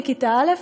מכיתה א',